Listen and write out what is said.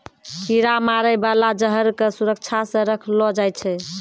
कीरा मारै बाला जहर क सुरक्षा सँ रखलो जाय छै